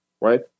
right